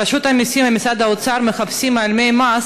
רשות המסים ומשרד האוצר מחפשים מעלימי מס